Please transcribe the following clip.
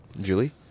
Julie